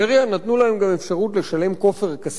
נתנו להם גם אפשרות לשלם כופר כספי